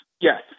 Yes